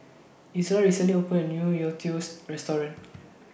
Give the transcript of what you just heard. Izola recently opened A New youtiao's Restaurant